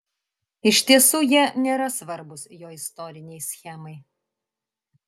iš tiesų jie nėra svarbūs jo istorinei schemai